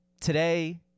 today